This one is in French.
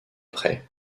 près